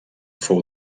fou